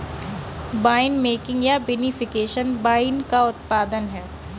winemaking या vinification wine का उत्पादन है